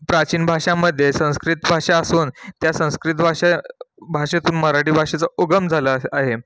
प्राचीन भाषामध्ये संस्कृत भाषा असून त्या संस्कृत भाषा भाषेतून मराठी भाषेचा उगम झाला आहे आहे